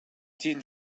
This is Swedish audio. din